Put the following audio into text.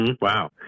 Wow